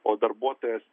o darbuotojas